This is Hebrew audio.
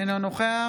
אינו נוכח